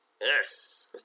Yes